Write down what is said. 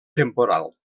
temporal